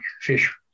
fish